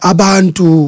Abantu